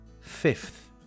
fifth